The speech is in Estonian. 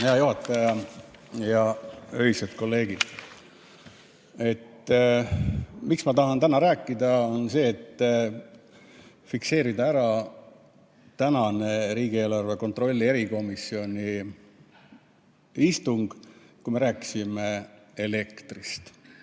Hea juhataja ja öised kolleegid! Põhjus, miks ma tahan täna rääkida, on see, et fikseerida tänane riigieelarve kontrolli erikomisjoni istung, kus me rääkisime elektrist. Praegu